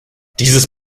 dieses